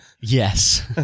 Yes